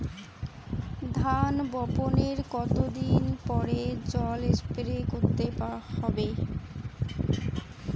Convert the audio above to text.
ধান বপনের কতদিন পরে জল স্প্রে করতে হবে?